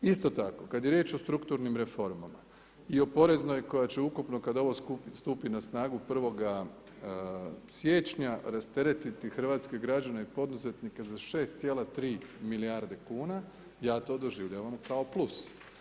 Isto tako kada je riječ o strukturnim reformama i o poreznoj koja će ukupno kada ovo stupi na snagu 1. siječnja rasteretiti hrvatske građane i poduzetnike za 6,3 milijarde kuna ja to doživljavam kao plus.